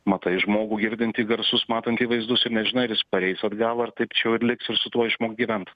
matai žmogų girdintį garsus matantį vaizdus ir nežinai ar jis pareis atgal ar taip čia jau ir liks ir su tuo išmokt gyvent